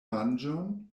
manĝon